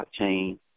Blockchain